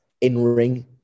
in-ring